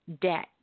debt